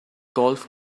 golf